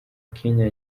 kenya